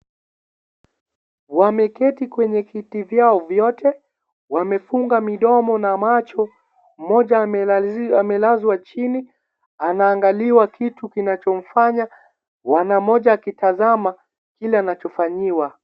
Wameketi kwenye viti vyao vyote, wamefunga midomo na macho mmoja amelazwa chini anaangaliwa kitu kinachomfanya. Bwana moja akitazama kile anachofanyiwa.